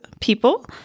people